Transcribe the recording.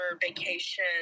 vacation